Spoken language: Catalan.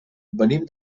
venim